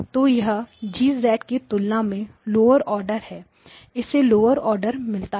तो यह G की तुलना में लोअर ऑर्डर है इसे लोअर ऑर्डर मिला है